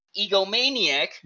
Egomaniac